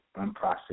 unprocessed